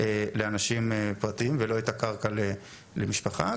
לאנשים פרטיים ולא את הקרקע למשפחה,